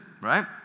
right